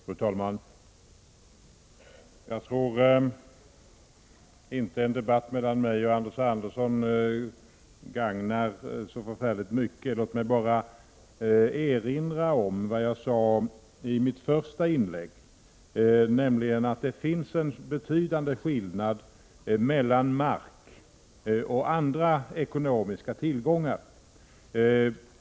Fru talman! Jag tror inte att en debatt mellan mig och Anders Andersson är till särskilt stort gagn. Låt mig bara erinra om det jag sade i mitt första inlägg, nämligen att det finns en betydande skillnad mellan mark och andra ekonomiska tillgångar.